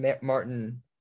Martin